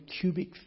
cubic